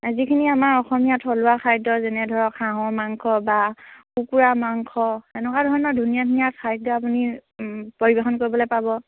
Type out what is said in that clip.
যিখিনি আমাৰ অসমীয়া থলুৱা খাদ্য যেনে ধৰক হাঁহৰ মাংস বা কুকুৰা মাংস এনেকুৱা ধৰণৰ ধুনীয়া ধুনীয়া খাদ্য আপুনি পৰিৱেশন কৰিবলৈ পাব